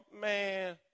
Man